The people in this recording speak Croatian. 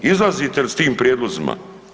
Izlazite li s tim prijedlozima?